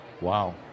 Wow